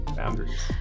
boundaries